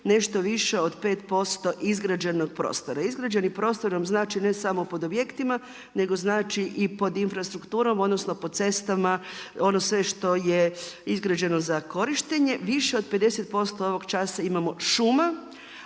nešto više od 5% izgrađenog prostora. Izgrađeni prostor vam znači ne samo pod objektima, nego znači i pod infrastrukturom, odnosno po cestama ono sve što je izgrađeno za korištenje. Više od 50% ovog časa imamo šuma,